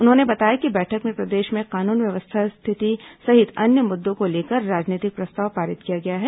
उन्होंने बताया कि बैठक में प्रदेश में कानून व्यवस्था स्थिति सहित अन्य मुद्दों को लेकर राजनीतिक प्रस्ताव पारित किया गया है